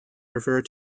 refer